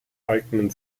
eignen